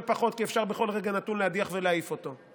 פחות כי אפשר בכל רגע נתון להדיח ולהעיף אותו.